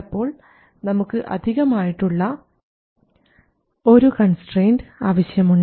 ചിലപ്പോൾ നമുക്ക് അധികം ആയിട്ടുള്ള ഒരു കൺസ്ട്രയിൻറ് ആവശ്യമുണ്ട്